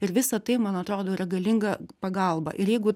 ir visa tai man atrodo yra galinga pagalba ir jeigu